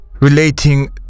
relating